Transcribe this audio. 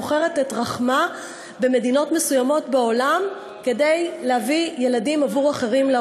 מוכרת את רחמה במדינות מסוימות בעולם כדי להביא ילדים לעולם עבור אחרים.